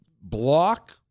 block